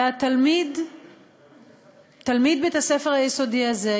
תלמיד בית-הספר היסודי הזה,